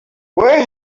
where